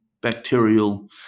bacterial